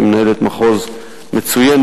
היא מנהלת מחוז מצוינת.